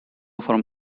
from